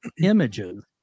images